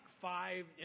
five